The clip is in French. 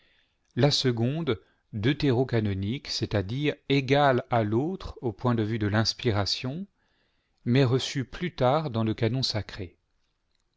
la seconde deutérocanonique c'est-à-dire égale à l'autre au point de vue de l'inspiration mais reçue plus tard dans le canon sacré